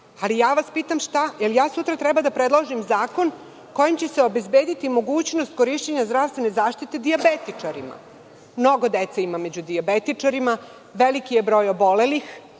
da ne. Ali, pitam vas, da li sutra treba da predložim zakon kojim će se obezbediti mogućnost korišćenja zdravstvene zaštite dijabetičarima? Mnogo dece ima među dijabetičarima, veliki je broj obolelih,